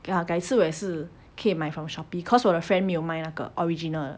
ya 改次我也是可以买 from Shopee because 我的 friend 没有卖那个 original